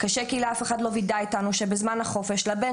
קשה כי אף אחד לא וידא איתנו שבזמן החופשה לבן